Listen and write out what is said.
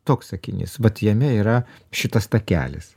toks sakinys vat jame yra šitas takelis